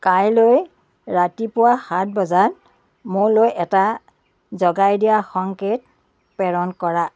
কাইলৈ ৰাতিপুৱা সাত বজাত মোলৈ এটা জগাই দিয়া সংকেত প্ৰেৰণ কৰা